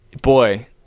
Boy